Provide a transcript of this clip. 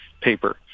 paper